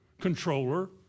controller